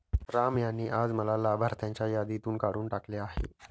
राम यांनी आज मला लाभार्थ्यांच्या यादीतून काढून टाकले आहे